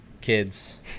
kids